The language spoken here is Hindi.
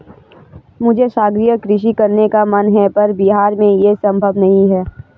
मुझे सागरीय कृषि करने का मन है पर बिहार में ये संभव नहीं है